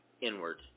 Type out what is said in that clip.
inward